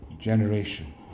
generation